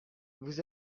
vous